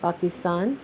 Pakistan